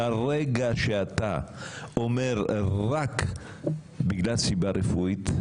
ברגע שאתה אומר: רק בגלל סיבה רפואית,